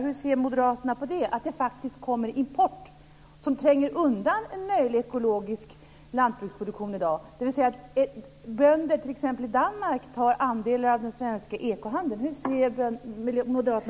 Hur ser moderaterna på att det finns en import som tränger undan en möjlig ekologisk lantbruksproduktion i dag, dvs. att t.ex. bönder i Danmark tar andelar av den svenska ekohandeln?